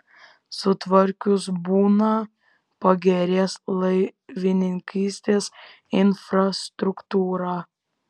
sutvarkius buną pagerės laivininkystės infrastruktūra